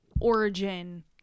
origin